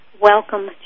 Welcome